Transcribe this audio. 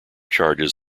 charges